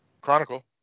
Chronicle